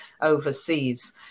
overseas